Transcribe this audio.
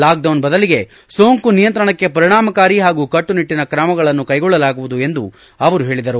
lockdown ಬದಲಿಗೆ ಸೋಂಕು ನಿಯಂತ್ರಣಕ್ಕೆ ಪರಿಣಾಮಕಾರಿ ಹಾಗೂ ಕಟ್ಟುನಿಟ್ಲಿನ ಕ್ರಮಗಳನ್ನು ಕೈಗೊಳ್ಟಲಾಗುವುದು ಎಂದು ಅವರು ಹೇಳಿದರು